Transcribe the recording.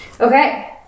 Okay